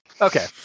Okay